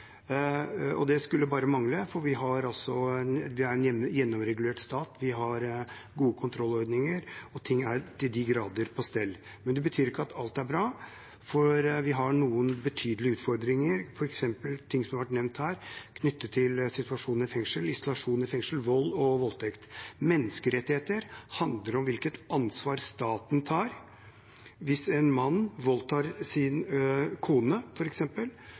Det skulle bare mangle, for vi har en gjennomregulert stat, vi har gode kontrollordninger, ting er til de grader på stell. Men det betyr ikke at alt er bra, for vi har noen betydelige utfordringer – som har vært nevnt her – f.eks. knyttet til situasjonen i fengsler, bl.a. isolasjon i fengsel, og vold og voldtekt. Menneskerettigheter handler om hvilket ansvar staten tar. Hvis en mann voldtar sin kone,